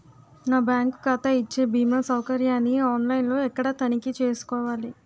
నా బ్యాంకు ఖాతా ఇచ్చే భీమా సౌకర్యాన్ని ఆన్ లైన్ లో ఎక్కడ తనిఖీ చేసుకోవాలి?